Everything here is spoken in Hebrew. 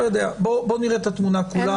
בוא נראה את התמונה כולה.